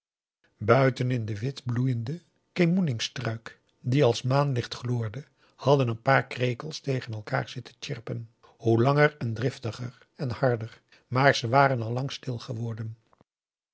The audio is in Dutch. buiten in den wit bloeienden kemoeningstruik die als maanlicht gloorde hadden een paar krekels tegen elkaar zitten tsjirpen hoe langer en driftiger en harder maar ze waren al lang stil geworden